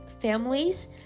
families